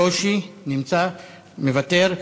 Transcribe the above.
חבר הכנסת ברושי, נמצא, מוותר.